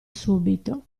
subito